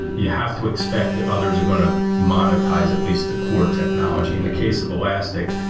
you have to expect that others are going to monetize at least the core technology. in the case of elastic,